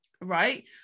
right